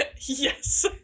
Yes